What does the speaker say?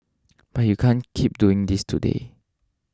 but you can't keep doing this today